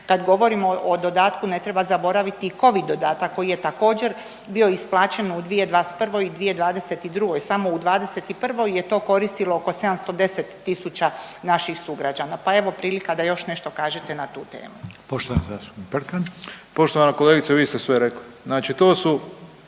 Kad govorimo o dodatku ne treba zaboraviti covid dodatak koji je također bio isplaćen u 2021. i u 2022., samo u '21. je to koristilo oko 710 tisuća naših sugrađana, pa evo prilika da još nešto kažete na tu temu. **Reiner, Željko (HDZ)** Poštovani zastupnik Brkan.